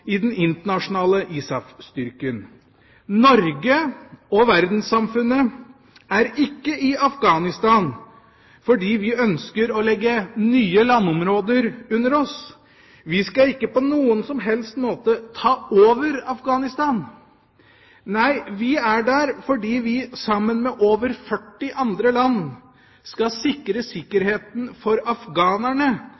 i den internasjonale ISAF-styrken. Norge – og verdenssamfunnet – er ikke i Afghanistan fordi vi ønsker å legge nye landområder under oss. Vi skal ikke på noen som helst måte ta over Afghanistan. Nei, vi er der fordi vi – sammen med over 40 andre land – skal sikre